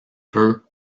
peu